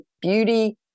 beauty